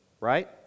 right